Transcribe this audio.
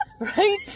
Right